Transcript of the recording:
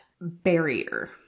barrier